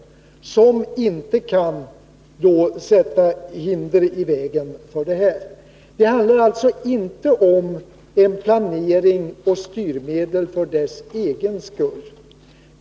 Det handlar alltså inte om planering och styrmedel för planeringens och styrmedlens egen skull.